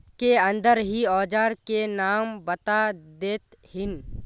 के अंदर ही औजार के नाम बता देतहिन?